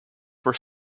were